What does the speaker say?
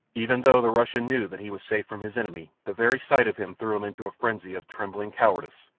even though the russian knew that he was safe from his enemy, the very sight of him threw him into a frenzy of trembling cowardice,